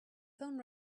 phone